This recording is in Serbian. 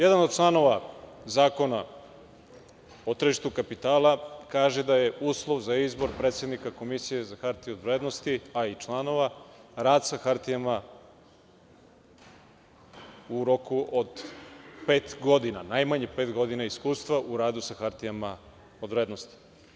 Jedan od članova Zakona o tržištu kapitala kaže da je uslov za izbor predsednika Komisije za hartije od vrednosti, pa i članova rad sa hartijama u roku od pet godina, najmanje pet godina iskustva u radu sa hartijama od vrednosti.